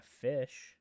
fish